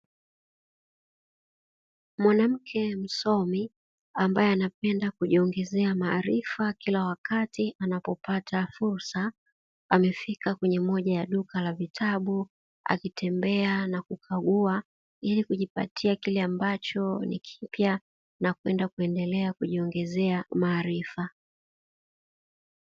Mwanamke msomi ambaye anapenda kujiongezea maarifa kila wakati anapopata fursa, amefika kwenye moja ya duka la vitabu, akitembea na kukagua ili kijipatia kile ambacho ni kipya na kwenda kuendelea kujiongezea maarifa.